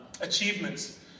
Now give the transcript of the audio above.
achievements